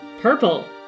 purple